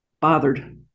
bothered